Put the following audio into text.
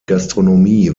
gastronomie